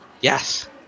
yes